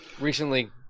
Recently